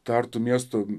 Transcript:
tartu miesto